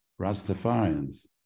Rastafarians